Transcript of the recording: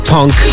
Punk